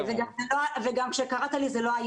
לא משנה.